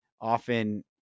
often